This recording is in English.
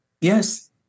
Yes